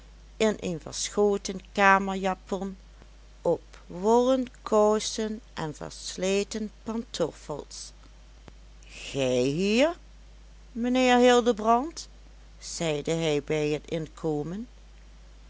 in een verschoten kamerjapon op wollen kousen en versleten pantoffels gij hier mijnheer hildebrand zeide hij bij het inkomen